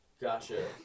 Gotcha